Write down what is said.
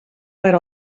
per